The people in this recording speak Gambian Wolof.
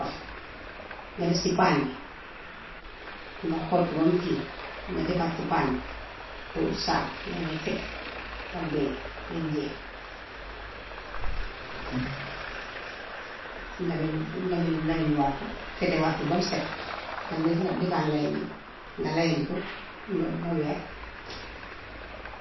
Nga def ci paan ba, nga xooj ko bam kii, nga defaat ci paan ba, hut saabu yaa ngee fete pat bee nee bam jeex. Su ko defee, suñ defee ñu layandiwaat ko, fetewaat ko bam set, nga def defaat layandi, nga layandi ko, nga nga weer.